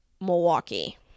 Milwaukee